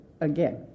again